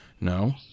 No